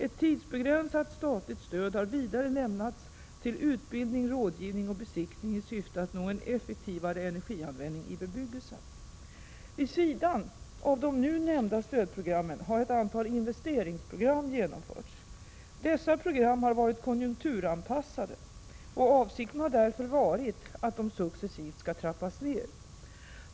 Ett tidsbegränsat statligt stöd har vidare lämnats till utbildning, rådgivning och besiktning i syfte att nå en effektivare energianvändning i bebyggelsen. Vid sidan av de nu nämnda stödprogrammen har ett antal investeringsprogram genomförts. Dessa program har varit konjunkturanpassade, och avsikten har därför varit att de successivt skall trappas ned.